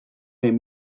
les